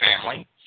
family